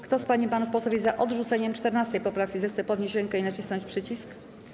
Kto z pań i panów posłów jest za odrzuceniem 14. poprawki, zechce podnieść rękę i nacisnąć przycisk.